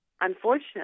Unfortunately